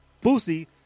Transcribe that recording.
pussy